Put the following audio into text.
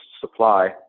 supply